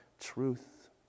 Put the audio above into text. truth